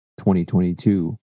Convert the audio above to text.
2022